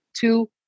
two